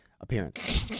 appearance